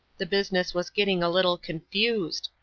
the business was getting a little confused.